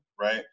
right